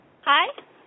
Hi